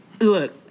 look